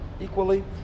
equally